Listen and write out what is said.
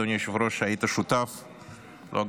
אדוני היושב-ראש היית שותף לו,